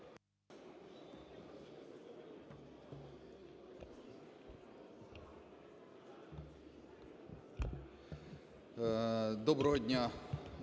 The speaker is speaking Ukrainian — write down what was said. Доброго дня,